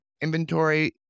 inventory